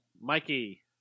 Mikey